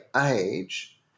age